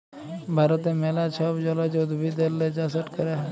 ভারতে ম্যালা ছব জলজ উদ্ভিদেরলে চাষট ক্যরা হ্যয়